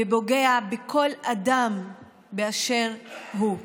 ופוגע בכל אדם באשר הוא,